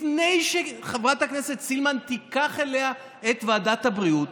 לפני שחברת הכנסת סילמן תיקח אליה את ועדת הבריאות,